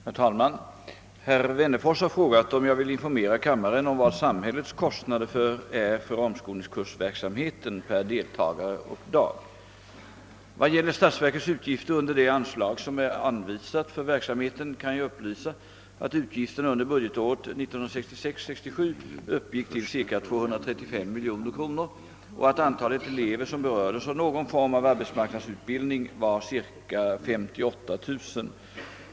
Herr talman! Herr Wennerfors har frågat om jag vill informera kammaren om vad samhällets kostnader är för omskolningskursverksamheten per deltagare och dag. Vad gäller statsverkets utgifter under det anslag som är anvisat för verksamheten kan jag upplysa att utgifterna under budgetåret 1966/67 uppgick till ca 235 milj.kr. och att antalet elever som berördes av någon form av arbetsmarknadsutbildning var ca 58000.